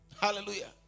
Hallelujah